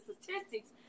statistics